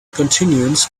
continuance